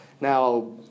Now